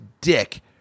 dick